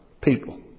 people